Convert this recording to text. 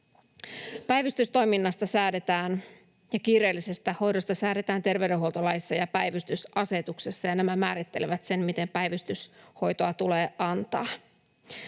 Päivystystoiminnasta ja kiireellisestä hoidosta säädetään terveydenhuoltolaissa ja päivystysasetuksessa, ja nämä määrittelevät sen, miten päivystyshoitoa tulee antaa.